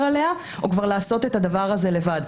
עליה או כבר לעשות את הדבר הזה לבד.